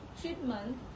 treatment